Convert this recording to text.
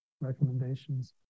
recommendations